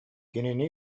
кинини